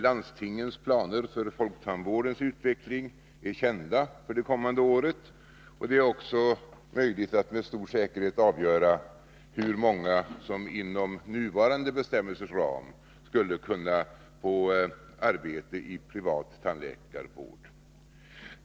Landstingens planer för folktandvårdens utveckling är kända för det kommande året, och det är också möjligt att med stor säkerhet avgöra hur många som inom nuvarande bestämmelsers ram skulle kunna få arbete i privat tandläkarvård.